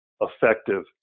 effective